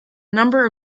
number